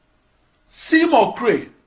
seymour cray